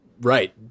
Right